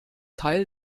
teil